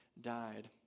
died